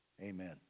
Amen